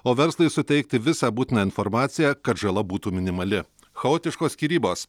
o verslui suteikti visą būtiną informaciją kad žala būtų minimali chaotiškos skyrybos